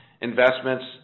investments